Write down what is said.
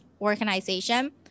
organization